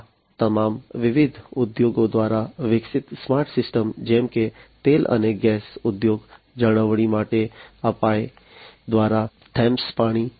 આ તમામ વિવિધ ઉદ્યોગો દ્વારા વિકસિત સ્માર્ટ સિસ્ટમ્સ જેમ કે તેલ અને ગેસ ઉદ્યોગ જાળવણી માટે અપાચે દ્વારા થેમ્સ પાણી